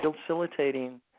facilitating